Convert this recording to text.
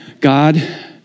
God